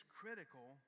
critical